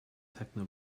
techno